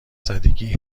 زدگی